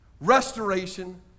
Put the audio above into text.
restoration